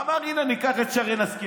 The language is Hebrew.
אמר: הינה, ניקח את שרן השכל.